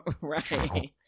Right